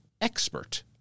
expert